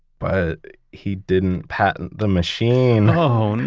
but he didn't patent the machine, oh, and and